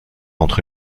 entre